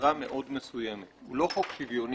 למטרה מאוד מסוימת, הוא אינו חוק שוויוני.